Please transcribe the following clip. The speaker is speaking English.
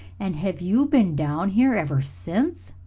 and have you been down here ever since?